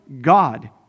God